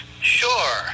Sure